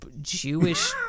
Jewish